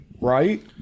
right